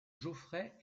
geoffrey